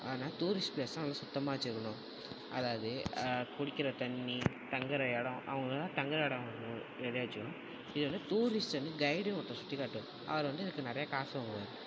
ஆனால் டூரிஸ்ட் ப்ளேஸ்லாம் வந்து சுத்தமாக வச்சுக்கணும் அதாவது குடிக்கிற தண்ணி தங்குற எடம் அவங்கெல்லாம் தங்குற இடம் ரெடியாக வச்சுக்கணும் இது வந்து டூரிஸ்ட் வந்து கைடுன்னு ஒருத்தர் சுற்றி காட்டுவார் அவரு வந்து இதுக்கு நிறையா காசு வாங்குவார்